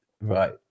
Right